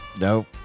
nope